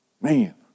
man